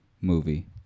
movie